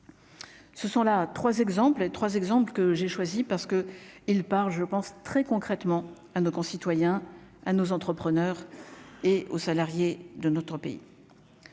et 3 exemples que j'ai choisi parce que il part, je pense, très concrètement à nos concitoyens à nos entrepreneurs et aux salariés de notre pays,